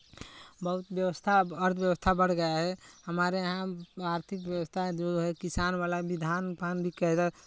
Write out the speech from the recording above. बहुत व्यवस्था अब अर्थव्यवस्था बढ़ गया है हमारे यहाँ आर्थिक व्यवस्था जो है किसान वाला भी धान पान भी कहते